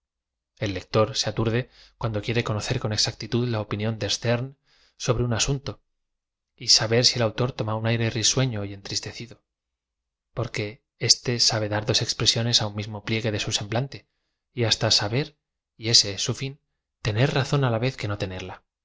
el lector se aturdo cuando quiere cono cer con exactitud la opinión do sterne sobre un asuntof y saber si e l autor toma un aire risuefio y entriste cido porque éste sabe dar dos expresiones á un mis mo pliegue de su semblante y hasta saber y ese es su fin tener razón á la vez que no tenerla